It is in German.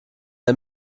der